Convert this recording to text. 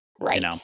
right